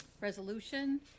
resolution